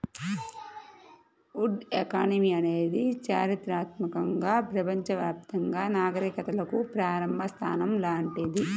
would economy అనేది చారిత్రాత్మకంగా ప్రపంచవ్యాప్తంగా నాగరికతలకు ప్రారంభ స్థానం లాంటిది